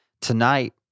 Tonight